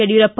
Yediyurappa